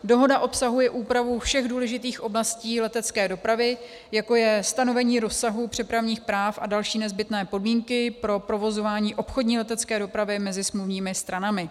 Dohoda obsahuje úpravu všech důležitých oblastí letecké dopravy, jako je stanovení rozsahu přepravních práv a další nezbytné podmínky pro provozování obchodní letecké dopravy mezi smluvními stranami.